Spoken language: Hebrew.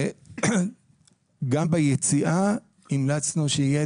וגם ביציאה המלצנו שתהיה